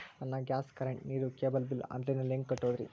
ನನ್ನ gas, current, ನೇರು, cable bill online ನಲ್ಲಿ ಹೆಂಗ್ ಕಟ್ಟೋದ್ರಿ?